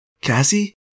Cassie